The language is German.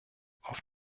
auf